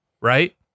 right